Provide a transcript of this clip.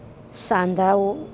સાંધાઓ